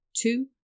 two